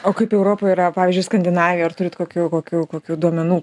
o kaip europoj yra pavyzdžiui skandinavija ar turit kokių kokių kokių duomenų